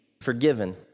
forgiven